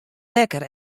wekker